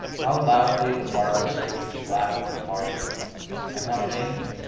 how loudly the barber-surgeons laughed at harvey and how vainly!